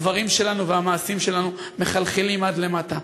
הדברים שלנו והמעשים שלנו מחלחלים עד למטה.